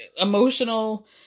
emotional